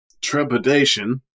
Trepidation